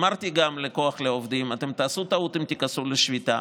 אמרתי גם לכוח לעובדים: אתם תעשו טעות אם תיכנסו לשביתה.